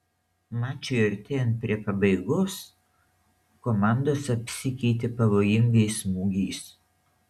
mačui artėjant prie pabaigos komandos apsikeitė pavojingais smūgiais